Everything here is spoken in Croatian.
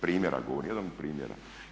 Primjer vam govorim, jedan od primjera.